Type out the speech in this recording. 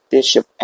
Bishop